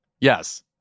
Yes